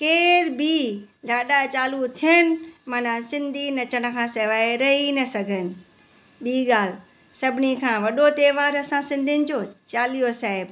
केर बि लाॾा चालू थियणु माना सिंधी नचण खां सवाइ रही न सघनि ॿी ॻाल्हि सभिनी खां वॾो त्योहारु असां सिंधियुनि जो चालीहो साहिब